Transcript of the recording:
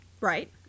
right